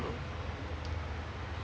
chiong